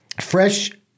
fresh